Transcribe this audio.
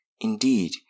indeed